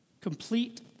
complete